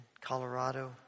Colorado